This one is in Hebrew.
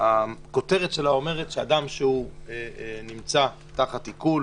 כשהכותרת שלה אומרת שאדם שנמצא תחת עיקול